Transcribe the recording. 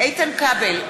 איתן כבל,